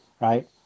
Right